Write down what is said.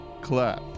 clap